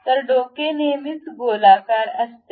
तर डोके नेहमीच गोलाकार असते